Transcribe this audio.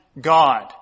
God